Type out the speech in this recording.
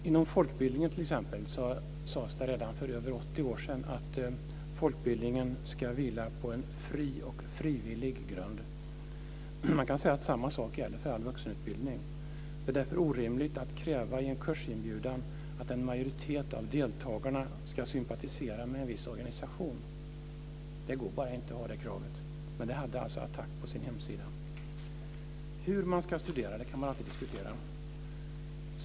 Inom t.ex. folkbildningen sades det för över 80 år sedan att folkbildningen ska vila på en fri och frivillig grund. Man kan säga att samma sak gäller för all vuxenutbildning. Det är därför orimligt att i en kursinbjudan kräva att en majoritet av deltagarna ska sympatisera med en viss organisation. Det går bara inte att ha det kravet, men det hade ATTAC på sin hemsida. Hur man ska studera kan man alltid diskutera.